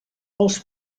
els